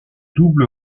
double